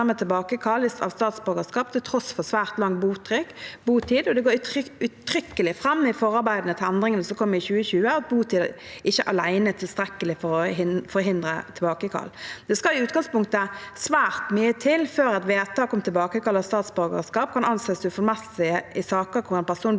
tilbakekall av statsborgerskap til tross for svært lang botid. Det går uttrykkelig fram i forarbeidene til endringen som kom i 2020, at botid ikke alene er tilstrekkelig for å forhindre tilbakekall. Det skal i utgangspunktet svært mye til før et vedtak om tilbakekall av statsborgerskap kan anses uforholdsmessig i saker hvor en person